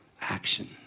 action